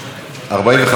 31 מתנגדים,